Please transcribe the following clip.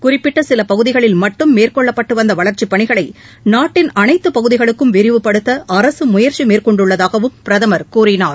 குறிப்பிட்ட சில பகுதிகளில் மட்டும் மேற்கொள்ளப்பட்டு வந்த வளர்ச்சிப் பணிகளை நாட்டின் அனைத்துப் பகுதிகளுக்கும் விரிவுபடுத்த அரசு முயற்சி மேற்கொண்டுள்ளதாகவும் பிரதமர் கூறினார்